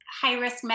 high-risk